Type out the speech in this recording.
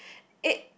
it